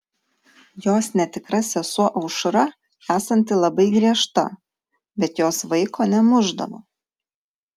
jos netikra sesuo aušra esanti labai griežta bet jos vaiko nemušdavo